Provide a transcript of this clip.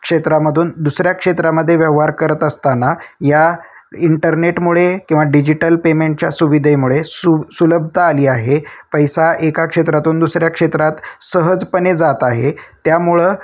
क्षेत्रामधून दुसऱ्या क्षेत्रामध्ये व्यवहार करत असताना या इंटरनेटमुळे किंवा डिजिटल पेमेंटच्या सुविधेमुळे सु सुलभता आली आहे पैसा एका क्षेत्रातून दुसऱ्या क्षेत्रात सहजपणे जात आहे त्यामुळं